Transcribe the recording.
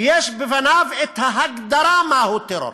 כי יש בפניו את ההגדרה מהו טרור.